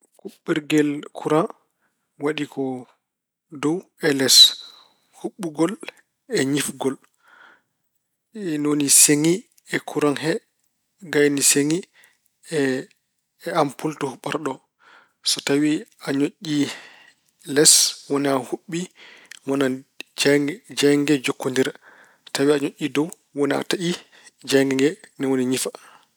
Kuɓɓirgel kuraŋ waɗi ko dow e les, huɓɓigol e ñifgol. Ni woni seŋii e kuraŋ he kayni seŋii e ampul to huɓɓata ɗo. So tawi aɗa moƴƴii les woni a huɓɓi, wona jeeyg- jeeynge nge njokkondira. Tawi aɗa moƴƴii dow, woni a taƴii jeeynge nge, ni woni ñifa.